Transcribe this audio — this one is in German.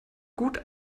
gut